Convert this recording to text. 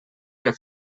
que